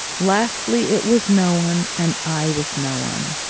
lastly, it was no one, and i was no one.